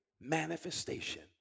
manifestation